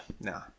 Nah